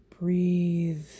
Breathe